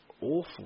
awful